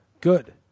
Good